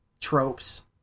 tropes